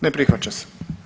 Ne prihvaća se.